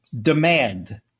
demand